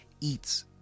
eats